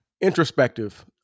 introspective